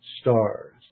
Stars